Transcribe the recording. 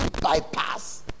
bypass